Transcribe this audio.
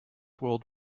world